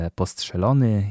postrzelony